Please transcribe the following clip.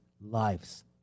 lives